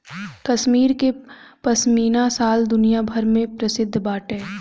कश्मीर के पश्मीना शाल दुनिया भर में प्रसिद्ध बाटे